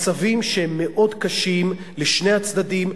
מצבים שהם מאוד קשים לשני הצדדים,